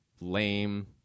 lame